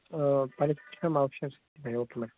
mushroom sixty five okay ma'am